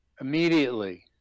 Immediately